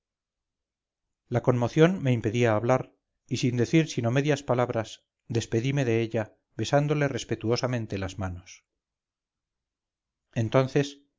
la conmoción me impedía hablar y sin decir sino medias palabras despedime de ella besándole respetuosamente las manos entonces